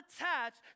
attached